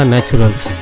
Naturals